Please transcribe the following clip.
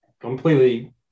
completely